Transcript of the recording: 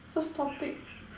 first topic